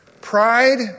Pride